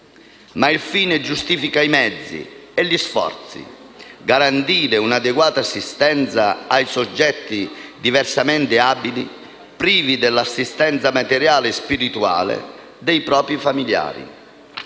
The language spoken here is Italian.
Ma il fine giustifica i mezzi e gli sforzi: garantire un'adeguata assistenza ai soggetti diversamente abili privi dell'assistenza, materiale e spirituale, dei propri familiari.